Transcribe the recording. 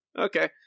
Okay